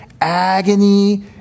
agony